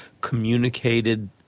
communicated